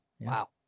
Wow